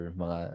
mga